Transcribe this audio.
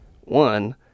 One